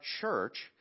church